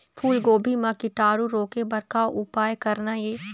फूलगोभी म कीटाणु रोके बर का उपाय करना ये?